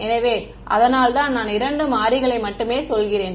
எனவே அதனால்தான் நான் இரண்டு மாறிகளை மட்டுமே சொல்கிறேன்